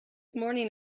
morning